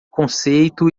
conceito